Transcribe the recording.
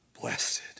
Blessed